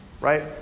Right